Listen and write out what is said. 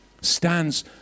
stands